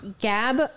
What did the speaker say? Gab